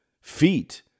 Feet